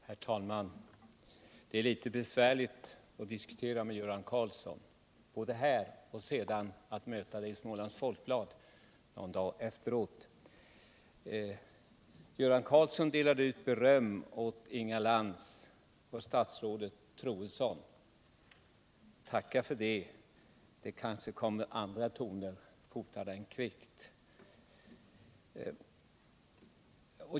Herr talman! Det är litet besvärligt att diskutera med Göran Karlsson, både här och när man sedan möter uttalandena i Smålands Folkblad någon dag efteråt. Göran Karlsson delade ut beröm åt Inga Lantz och statsrådet Troedsson. Tacka för det, för det kanske kommer andra toner fortare än kvickt!